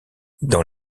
dans